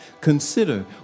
Consider